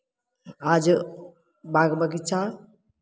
आज बाग बगीचा